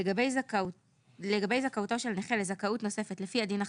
לגבי זכאותו של נכה לזכאות נוספת לפי הדין החדש,